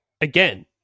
again